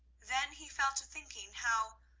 then he fell to thinking how,